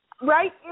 Right